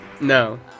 No